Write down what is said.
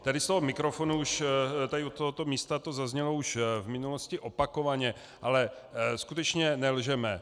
Tady z toho mikrofonu, od tohoto místa to zaznělo už v minulosti opakovaně, ale skutečně nelžeme!